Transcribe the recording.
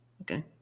Okay